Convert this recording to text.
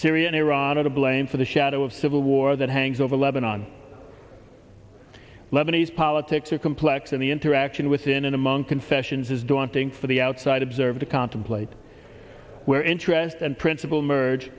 syria and iran are to blame for the shadow of civil war that hangs over lebanon lebanese politics are complex and the interaction within among confessions is daunting for the outside observer to contemplate where interest and principal emerge